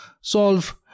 solve